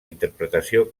interpretació